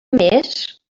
més